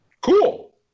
Cool